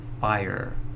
fire